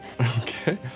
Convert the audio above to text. Okay